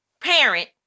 parent